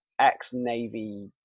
ex-Navy